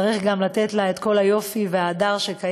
צריך גם לתת לה את כל היופי וההדר שקיים,